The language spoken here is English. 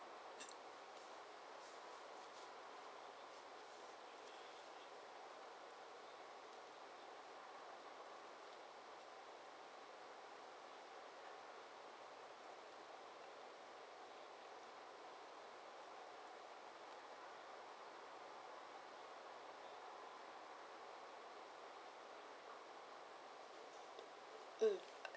mm